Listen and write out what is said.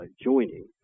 joining